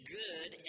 good